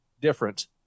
different